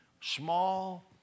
small